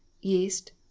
yeast